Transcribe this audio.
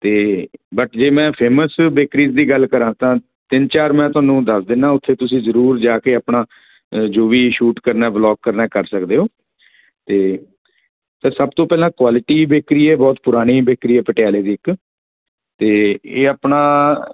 ਅਤੇ ਬਟ ਜੇ ਮੈਂ ਫੇਮਸ ਬੇਕਰੀਜ ਦੀ ਗੱਲ ਕਰਾਂ ਤਾਂ ਤਿੰਨ ਚਾਰ ਮੈਂ ਤੁਹਾਨੂੰ ਦੱਸ ਦਿੰਦਾ ਉੱਥੇ ਤੁਸੀਂ ਜ਼ਰੂਰ ਜਾ ਕੇ ਆਪਣਾ ਜੋ ਵੀ ਸ਼ੂਟ ਕਰਨਾ ਬਲੋਗ ਕਰਨਾ ਕਰ ਸਕਦੇ ਹੋ ਅਤੇ ਫਿਰ ਸਭ ਤੋਂ ਪਹਿਲਾਂ ਕੁਆਲਿਟੀ ਬੇਕਰੀ ਆ ਬਹੁਤ ਪੁਰਾਣੀ ਬੇਕਰੀ ਏ ਪਟਿਆਲੇ ਦੀ ਇੱਕ ਤਾਂ ਇਹ ਆਪਣਾ